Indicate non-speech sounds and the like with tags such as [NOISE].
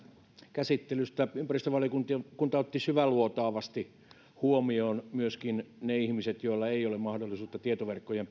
käsittelystä ympäristövaliokunta otti syväluotaavasti huomioon myöskin ne ihmiset joilla ei ole mahdollisuutta tietoverkkojen [UNINTELLIGIBLE]